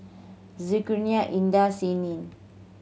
Zulkarnain Indah and Senin